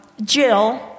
Jill